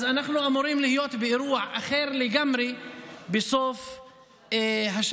אז אנחנו אמורים להיות באירוע אחר לגמרי בסוף השנה.